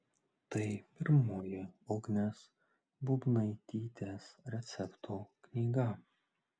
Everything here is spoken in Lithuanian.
tai pirmoji ugnės būbnaitytės receptų knyga